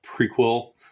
prequel